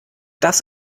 das